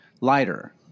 lighter